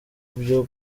byo